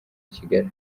kigali